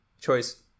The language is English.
choice